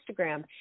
Instagram